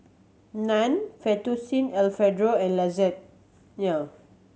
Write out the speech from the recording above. Naan Fettuccine Alfredo and